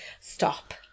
stop